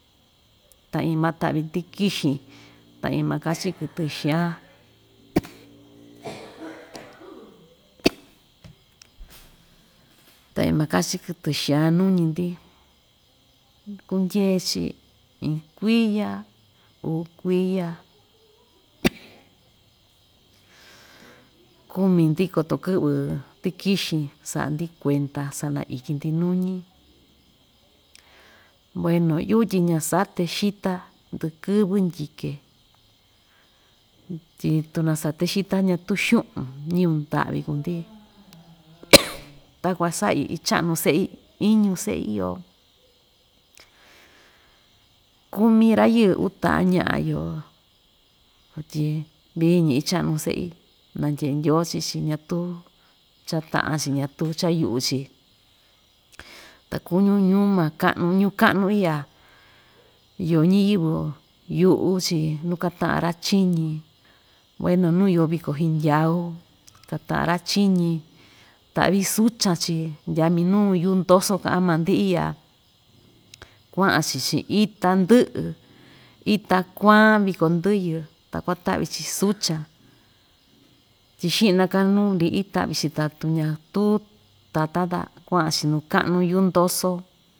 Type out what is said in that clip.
Ta iin mata'vi tikixin ta iin maka‑chi kɨtɨxaan tañi maka‑chi kɨtxaan nuñi‑ndi kundyee‑chi iin kuiya uu kuiya kumi‑ndi koto kɨ'vɨ tikixin sa'a‑ndi kuenda, sanaityi‑ndi nuñi, bueno yu'u tyi ña‑sate xita ndɨkɨvɨ ndyike tyi tu nasate xita ñatu xu'un ñɨvɨ nda'vi kuu‑ndi takuan sa'i icha'nu se'i, iñu se'i iyo kumi ra‑yɨɨ uta'a ña'a iyo tyi viiñi icha'nu se'i nandye'e ndyoo chii‑chi ñatuu cha‑ta'a‑chi ñatuu cha‑yu'u‑chi ta kuñun ñuu ma ka'nu ñuu ñuu ka'nu i'ya iyo ñiyɨvɨ yu'u‑chi nu kata'an ra‑chiñi bueno nu iyo viko hndyau kata'an ra‑chiñi ta'vi suchan‑chi ndyaa minu yuu ndoso ka'an maa‑ndi iya kua'an‑chi chi'in ita ndɨ'ɨ ita kuan viko ndɨyɨ ta kuata'vi‑chi sucha tyi xinaka nu li'i ta'vi‑chi tatu ñatu tatan ta kua'an‑chi nu ka'nu yundoso.